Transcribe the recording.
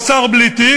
או שר בלי תיק,